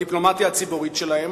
בדיפלומטיה הציבורית שלהם,